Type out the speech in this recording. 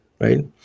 right